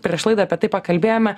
prieš laidą apie tai pakalbėjome